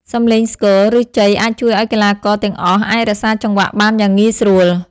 សម្លេងស្គរ ឬជ័យអាចជួយឲ្យកីឡាករទាំងអស់អាចរក្សាចង្វាក់បានយ៉ាងងាយស្រួល។